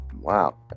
wow